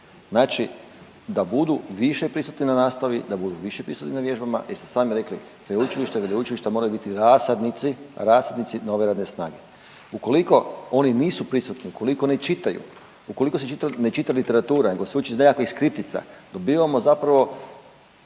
Znači, da budu više prisutni na nastavi, da budu više prisutni na vježbama jer ste sami rekli da učilišta i veleučilišta moraju biti rasadnici nove radne snage. Ukoliko oni nisu prisutni, ukoliko ne čitaju, ukoliko se ne čita literatura nego se uči iz nekakvih skriptica, dobivamo zapravo,